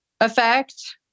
effect